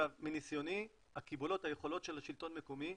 מנסיוני, הקיבולות, היכולות של השלטון המקומי,